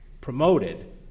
promoted